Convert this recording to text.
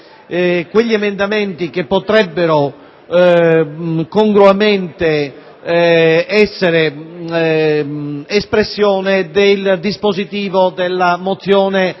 quegli emendamenti che potrebbero congruamente essere espressione del dispositivo delle mozioni